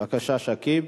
בבקשה, שכיב.